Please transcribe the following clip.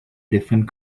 different